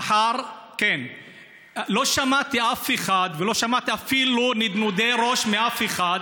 לא שמעתי אף אחד ולא שמעתי אפילו נדנודי ראש מאף אחד